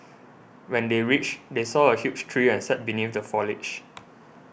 when they reached they saw a huge tree and sat beneath the foliage